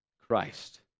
Christ